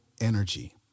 energy